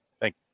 Thank